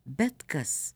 bet kas